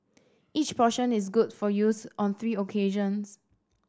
each portion is good for use on three occasions